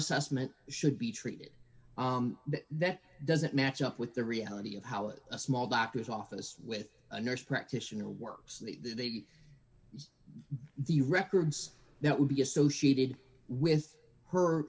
assessment should be treated but that doesn't match up with the reality of how it a small doctor's office with a nurse practitioner works they the records that would be associated with her